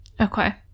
Okay